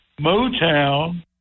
Motown